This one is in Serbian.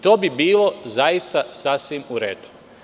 To bi bilo zaista sasvim u redu.